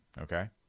okay